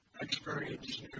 experience